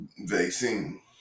vaccine